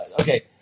Okay